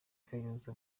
kayonza